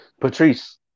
Patrice